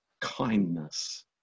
kindness